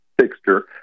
fixture